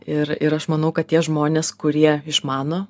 ir ir aš manau kad tie žmonės kurie išmano